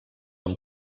amb